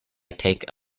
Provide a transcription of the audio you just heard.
take